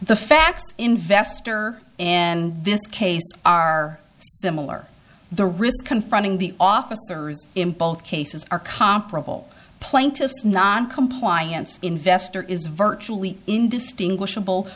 the facts investor and this case are similar the risks confronting the officers in both cases are comparable plaintiff's noncompliance investor is virtually indistinguishable